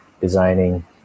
designing